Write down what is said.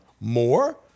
More